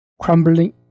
crumbling